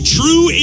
true